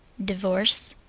divorce.